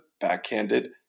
backhanded